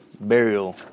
burial